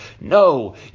no